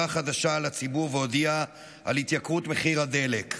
חדשה על הציבור והודיעה על התייקרות מחיר הדלק.